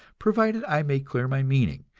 provided i make clear my meaning.